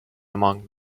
among